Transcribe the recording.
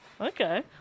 Okay